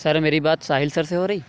سر میری بات ساحل سر سے ہو رہی ہے